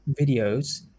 videos